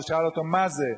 הוא שאל אותו: מה זה?